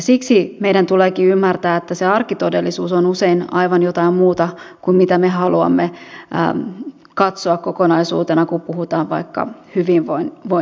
siksi meidän tuleekin ymmärtää että se arkitodellisuus on usein aivan jotain muuta kuin mitä me haluamme katsoa kokonaisuutena kun puhutaan vaikka hyvinvoinnista